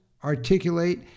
Articulate